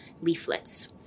leaflets